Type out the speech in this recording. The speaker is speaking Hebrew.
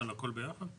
על הכל ביחד?